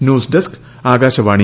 news desk Akashvani